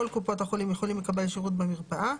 קופות החולים יכולים לקבל שירות במרפאה,